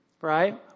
Right